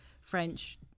French